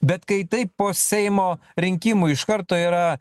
bet kai taip po seimo rinkimų iš karto yra